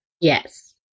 Yes